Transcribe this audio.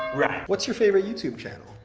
right? what's your favorite youtube channel?